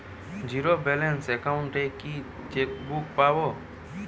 Zero balance account এ কি chequebook পাব?